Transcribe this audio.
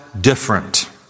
different